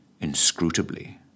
inscrutably